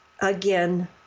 Again